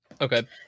okay